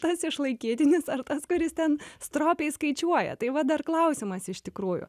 tas išlaikytinis ar tas kuris ten stropiai skaičiuoja tai va dar klausimas iš tikrųjų